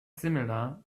similar